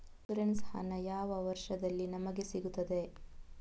Insurance ಹಣ ಯಾವ ವರ್ಷದಲ್ಲಿ ನಮಗೆ ಸಿಗುತ್ತದೆ?